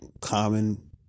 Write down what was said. common